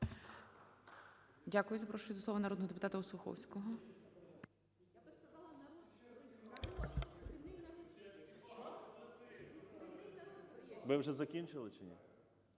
Дякую. Запрошую до слова народного депутата Осуховського.